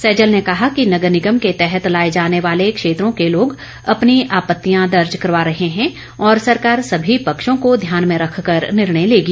सैजल ने कहा कि नगर निगम के तहत लाए जाने वाले क्षेत्रों के लोग अपनी आपत्तियां दर्ज करवा रहे हैं और सरकार सभी पक्षों को ध्यान में रखकर निर्णय लेगी